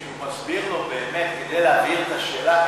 כשהוא מסביר לו באמת כדי להבין את השאלה,